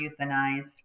euthanized